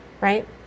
right